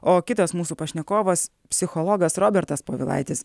o kitas mūsų pašnekovas psichologas robertas povilaitis